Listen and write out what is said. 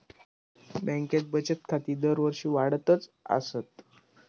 बँकेत बचत खाती दरवर्षी वाढतच आसत